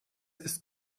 ist